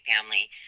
family